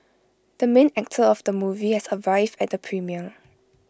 the main actor of the movie has arrived at the premiere